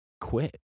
quit